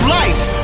life